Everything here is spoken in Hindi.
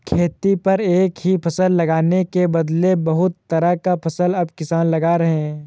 खेती पर एक ही फसल लगाने के बदले बहुत तरह का फसल अब किसान लगा रहे हैं